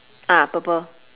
ah purple